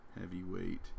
heavyweight